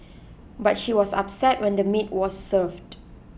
but she was upset when the meat was served